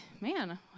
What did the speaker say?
man